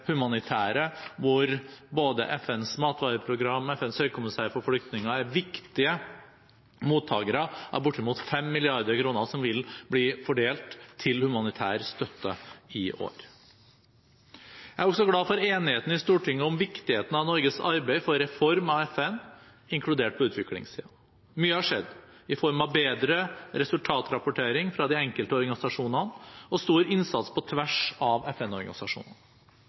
humanitære, hvor både FNs matvareprogram og FNs høykommissær for flyktninger er viktige mottakere av bortimot 5 mrd. kr, som vil bli fordelt til humanitær støtte i år. Jeg er også glad for enigheten i Stortinget om viktigheten av Norges arbeid for reform av FN, inkludert på utviklingssiden. Mye har skjedd i form av bedre resultatrapportering fra de enkelte organisasjonene og stor innsats på tvers av